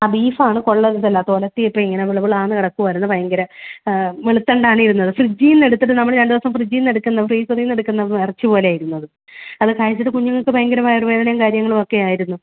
ആ ബീഫാണ് കൊള്ളരുതല്ലാത്ത ഒലത്തിയപ്പം ഇങ്ങനെ ബിള് ബിളാന്ന് കിടക്കുവായിരുന്നു ഭയങ്കര വെളുത്തോണ്ടാണിരുന്നത് ഫ്രിഡ്ജീന്ന് എടുത്തിട്ട് നമ്മൾ രണ്ട് ദിവസം ഫ്രിഡ്ജീന്നെടുക്കുന്ന ഫ്രീസറീന്നെടുക്കുന്ന ഇറച്ചി പോലയായിരുന്നത് അത് കഴിച്ചിട്ട് കുഞ്ഞുങ്ങക്ക് ഭയങ്കര വയറുവേദനയും കാര്യങ്ങളുവൊക്കെ ആയിരുന്നു